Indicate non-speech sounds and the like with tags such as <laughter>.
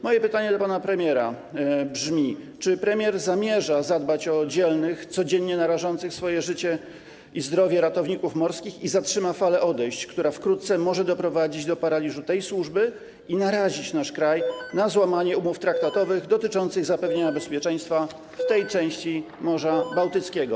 Moje pytanie do pana premiera brzmi: Czy premier zamierza zadbać o dzielnych, codzienne narażających swoje życie i zdrowie ratowników morskich i zatrzyma falę odejść, która wkrótce może doprowadzić do paraliżu tej służby i narazić nasz kraj <noise> na złamanie umów traktatowych dotyczących zapewnienia bezpieczeństwa w tej części morza Bałtyckiego?